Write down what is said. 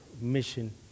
mission